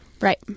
Right